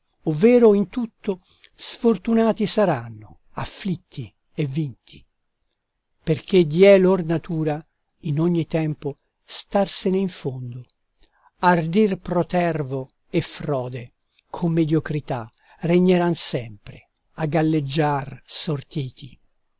ovvero in tutto sfortunati saranno afflitti e vinti perché diè lor natura in ogni tempo starsene in fondo ardir protervo e frode con mediocrità regneran sempre a galleggiar sortiti